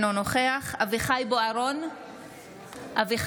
אינו נוכח אביחי אברהם בוארון,